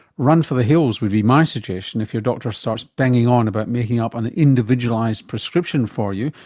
run for the hills would be my suggestion if your doctor starts banging on about making up an individualised prescription for you,